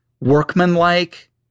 workman-like